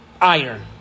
Iron